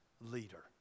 leader